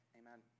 amen